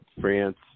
France